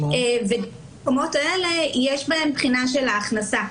ובמקומות האלה יש בחינה של ההכנסה,